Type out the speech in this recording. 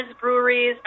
breweries